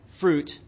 fruit